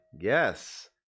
Yes